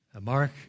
Mark